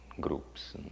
groups